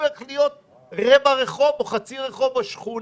הופך להיות אחראי על רבע רחוב או חצי רחוב או שכונה.